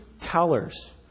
tellers